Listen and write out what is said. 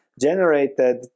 generated